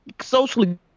socially